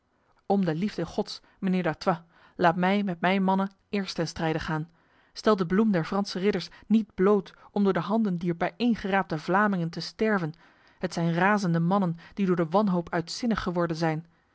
om de liefde gods mijnheer d'artois laat mij met mijn mannen eerst ten strijde gaan stel de bloem der franse ridders niet bloot om door de handen dier bijeengeraapte vlamingen te sterven het zijn razende mannen die door de wanhoop uitzinnig geworden zijn